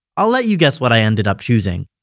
i'll let you guess what i ended up choosing.